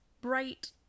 bright